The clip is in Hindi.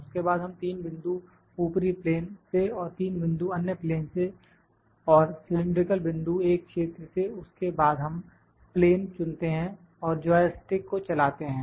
उसके बाद हम 3 बिंदु ऊपरी प्लेन से और 3 बिंदु अन्य प्लेन से और सिलेंडरिकल बिंदु एक क्षेत्र से उसके बाद हम प्लेन चुनते हैं और जॉय स्टिक को चलाते हैं